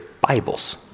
Bibles